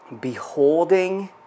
beholding